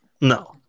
No